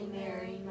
Mary